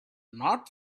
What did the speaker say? not